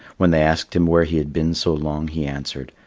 when they asked him where he had been so long, he answered,